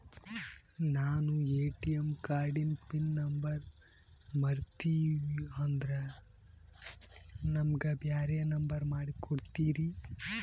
ನಾನು ಎ.ಟಿ.ಎಂ ಕಾರ್ಡಿಂದು pin number ಮರತೀವಂದ್ರ ನಮಗ ಬ್ಯಾರೆ ನಂಬರ್ ಮಾಡಿ ಕೊಡ್ತೀರಿ?